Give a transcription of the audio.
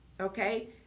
okay